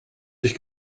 sich